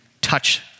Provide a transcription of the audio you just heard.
touch